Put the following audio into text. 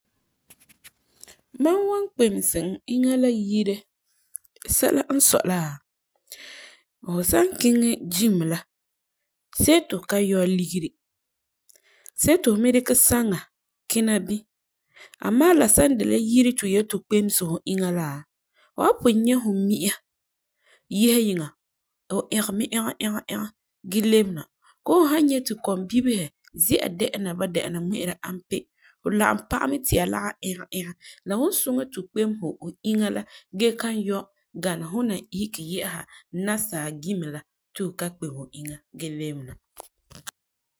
Mam wan kpemese n inya la yire sɛla n sɔi la, fu san kiŋɛ gyime la, see ti fu yɔ ligeri, see ti fu me dikɛ saŋa kina bini amaa la san dɛna la yire ti fu yeti fu kpemese fu inya la, fu san pugum nyɛ mi'a yese yiŋa fu ɛgɛ mɛ ɛgɛ ɛgɛ gee lebe na koo fu san nyɛ ti kɔmbibesi zi'a dɛ'ɛna ba dɛ'ɛma zi'a ŋmɛ'ɛra ampe, fu lagum paɛ mɛ ti ya lagum ɛgɛ ɛgɛ ɛgɛ la wan suŋɛ ti fu kpemese fu inya la gee ma yɔ saŋa fu na isege yɛ'ɛsa nasaa gyime la ti fu ka kpemese fu inya la gee lebe na.